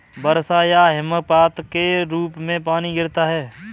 वर्षा या हिमपात के रूप में पानी गिरता है